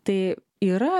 tai yra